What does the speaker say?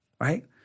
Right